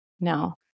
No